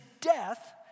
death